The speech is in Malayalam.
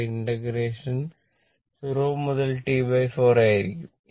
ഇവിടെ ഇന്റഗ്രേഷനും 0 മുതൽ T4 വരെ ആയിരിക്കും